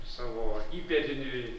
savo įpėdiniui